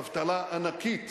אבטלה ענקית,